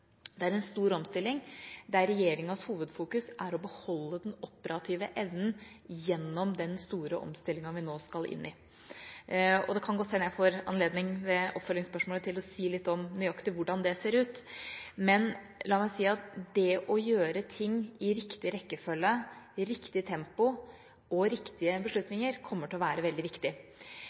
Det er en stor omstilling der regjeringas hovedfokus er å beholde den operative evnen gjennom den store omstillingen vi nå skal inn i. Det kan godt hende jeg i svaret på oppfølgingsspørsmålet får anledning til å si litt om hvordan det nøyaktig ser ut. Men det å gjøre ting i riktig rekkefølge og riktig tempo, og ha riktige beslutninger, kommer til å være veldig viktig.